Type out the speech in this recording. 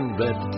red